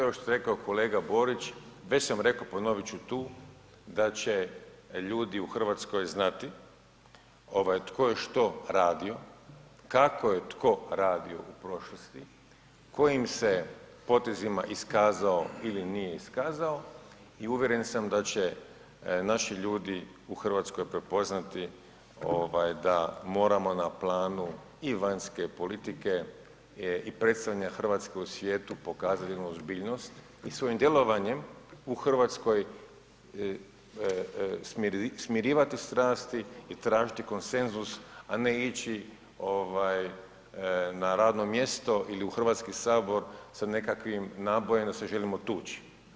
Ovo što je rekao kolega Borić, već sam rekao, ponovit ću tu, da će ljudi u Hrvatskoj znati ovaj tko je što radio, kako je tko radio u prošlosti, kojim se potezima iskazao ili nije iskazao i uvjeren sam da će naši ljudi u Hrvatskoj prepoznati da moramo na planu i vanjske politike i predstavljanja Hrvatske u svijetu pokazati jednu ozbiljnost i svojim djelovanjem u Hrvatskoj smirivati strasti i tražiti konsenzus, a ne ići na radno mjesto ili u HS sa nekakvim nabojem da se želimo tuči.